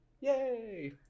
Yay